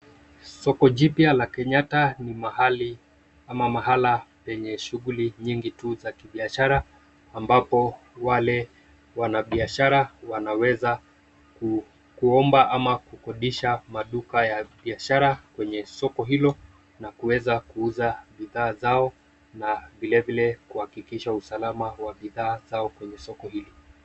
Soko jipya la Kenyatta ni mahali ama mahala penye shughuli nyingi tu za kibiashara ambapo wale wanabiashara wanaweza kuomba ama kukodisha maduka ya biashara kwenye soko hilo na kuweza kuuza bidhaa zao na vile vile kuhakikisha usalama wa bidhaa zao kwenye soko hili.